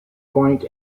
point